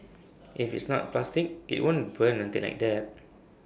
if it's not plastic IT won't burn until like that